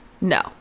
No